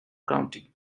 county